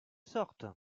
sorte